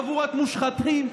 חבורת מושחתים.